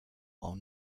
while